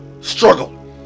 struggle